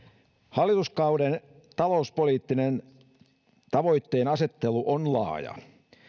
hallituskauden talouspoliittinen tavoitteenasettelu on laaja